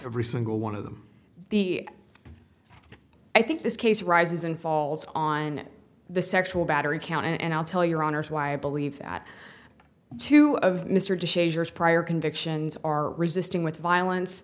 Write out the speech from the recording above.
every single one of them the i think this case rises and falls on the sexual battery count and i'll tell your honor why i believe that two of mr prior convictions are resisting with violence